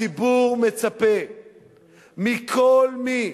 הציבור מצפה מכל מי